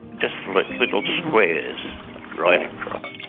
just like little squares right across.